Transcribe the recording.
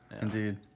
Indeed